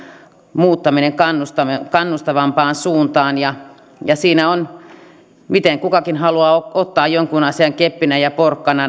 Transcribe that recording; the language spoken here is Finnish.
muuttamisen kannustavampaan suuntaan ja ja siinä on miten kukakin haluaa ottaa jonkun asian keppiä ja porkkanaa